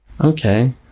Okay